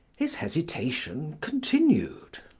his hesitation continued.